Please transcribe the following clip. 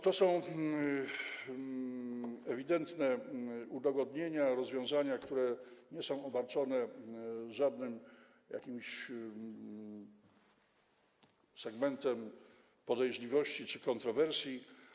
To są ewidentnie udogodnienia, rozwiązania, które nie są obarczone żadnym segmentem podejrzliwości czy kontrowersji.